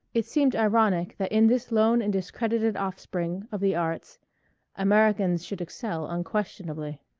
it seemed ironic that in this lone and discredited offspring of the arts americans should excel, unquestionably.